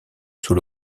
sous